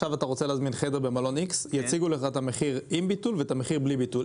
אתה רוצה להזמין חדר במלון X יציגו לך מחיר עם ביטול ומחיר בלי ביטול.